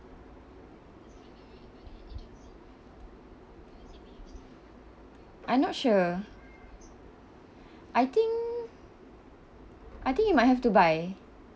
I'm not sure I think I think you might have to buy